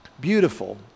beautiful